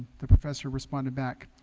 the professor responded back.